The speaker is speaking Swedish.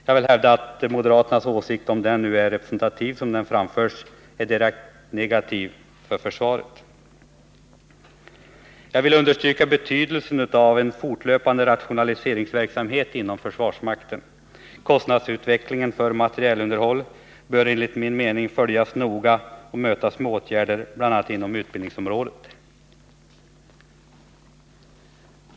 Jag vill hävda att moderaternas åsikt — om den är representativ som den här framförts — är direkt negativ för försvaret. Jag vill understryka betydelsen av en fortlöpande rationaliseringsverksamhet inom försvarsmakten. Kostnadsutvecklingen för materielunderhåll bör enligt min mening följas noga och mötas med åtgärder, bl.a. inom utbildningsområdet.